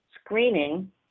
screening